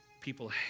People